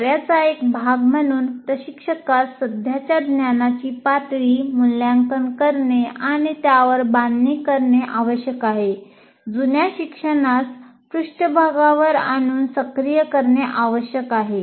कार्याचा एक भाग म्हणून प्रशिक्षकास सध्याच्या ज्ञानाची पातळी मूल्यांकन करणे आणि त्यावर बांधणी करणे आवश्यक आहे जुन्या शिक्षणास पृष्ठभागावर आणून सक्रिय करणे आवश्यक आहे